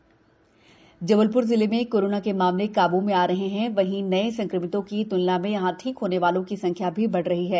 Jabalpur corona Jabalpur जिले में corona के मामले काबू में आ रहे हैंए वहीं नए संक्रमितों की त्लना में यहाँ ठीक होने वालों की संख्या भी बढ़ रही है